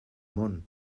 món